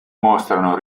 mostrano